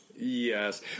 Yes